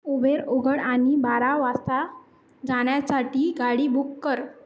Uber उघड आणि बारा वाजता जाण्यासाठी गाडी बुक कर